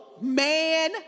man